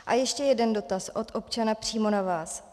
A ještě jeden dotaz od občana přímo na vás.